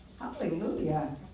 hallelujah